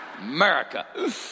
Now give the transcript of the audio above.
America